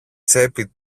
τσέπη